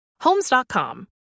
Homes.com